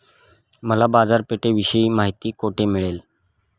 मला बाजारपेठेविषयी माहिती कोठे मिळेल?